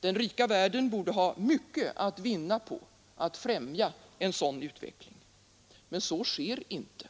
Den rika världen borde ha mycket att vinna på att främja en sådan utveckling. Men så sker inte.